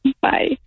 Bye